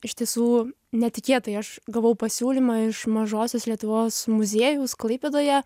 iš tiesų netikėtai aš gavau pasiūlymą iš mažosios lietuvos muziejaus klaipėdoje